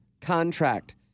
contract